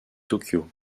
tokyo